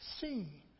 seen